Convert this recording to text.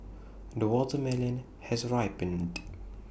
the watermelon has ripened